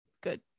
good